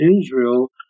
Israel